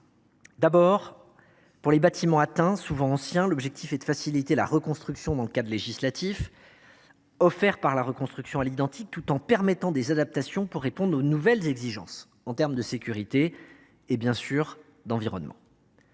d’abord, pour les bâtiments atteints, souvent anciens, l’objectif est de faciliter la reconstruction, dans le cadre législatif offert par la reconstruction à l’identique, tout en permettant des adaptations pour répondre aux nouvelles exigences en termes de sécurité et, bien sûr, d’environnement.